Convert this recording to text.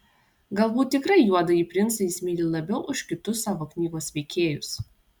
galbūt tikrai juodąjį princą jis myli labiau už kitus savo knygos veikėjus